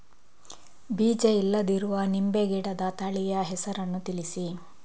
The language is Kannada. ಬೀಜ ಇಲ್ಲದಿರುವ ನಿಂಬೆ ಗಿಡದ ತಳಿಯ ಹೆಸರನ್ನು ತಿಳಿಸಿ?